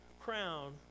crown